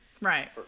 right